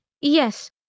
Yes